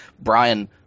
Brian